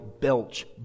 belch